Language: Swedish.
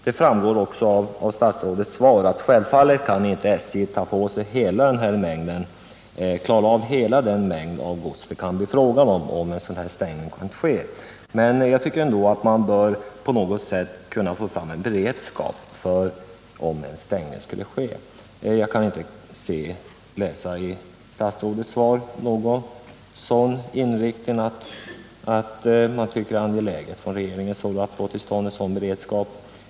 Det framgår också av statsrådets svar att SJ självfallet inte kan klara av hela den godsmängd som det kan bli fråga om ifall vissa hamnar kommer att stängas. Men jag tycker ändå att man bör kunna få fram en beredskap för den händelse att en stängning skulle bli nödvändig. Jag kan inte i statsrådets svar utläsa att man på regeringshåll tycker att det är angeläget att få till stånd en sådan beredskap.